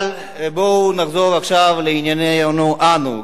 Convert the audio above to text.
אבל בואו נחזור עכשיו לעניינינו אנו,